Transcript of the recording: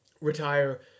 retire